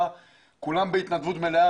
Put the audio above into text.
כולם יעשו זאת בהתנדבות מלאה,